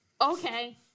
Okay